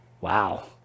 Wow